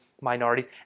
minorities